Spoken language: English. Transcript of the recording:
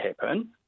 happen